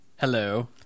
Hello